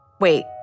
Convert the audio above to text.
Wait